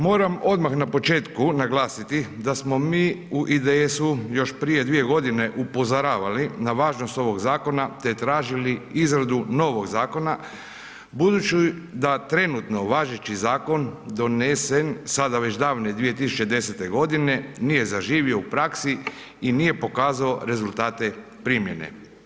Moram odmah na početku naglasiti da smo mi u IDS-u još prije 2 godine upozoravali na važnost ovog zakona te tražili izradu novog zakona budući da trenutno važeći zakon donesen sada već davne 2010. godine nije zaživio u praksi i nije pokazao rezultate primjene.